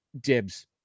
Dibs